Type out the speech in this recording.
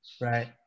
right